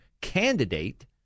candidate